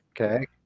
okay